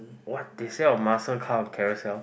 what they sell a muscle car on Carousell